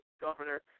governor